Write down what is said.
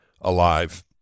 alive